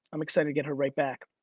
i'm excited to get her right back.